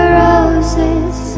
roses